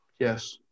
Yes